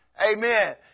Amen